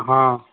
हाँ